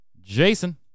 Jason